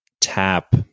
tap